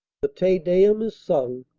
the te deum is sung,